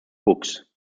books